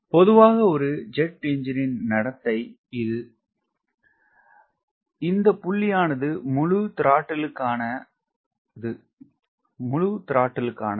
பொதுவாக ஒரு ஜெட் என்ஜினின் நடத்தை இது இந்த புள்ளியானது முழு த்ராட்டிலுக்கானது